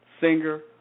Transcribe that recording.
singer